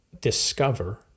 discover